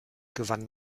gewann